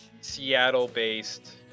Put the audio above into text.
seattle-based